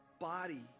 body